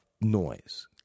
noise